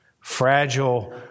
fragile